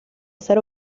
ser